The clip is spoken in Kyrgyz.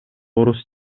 орус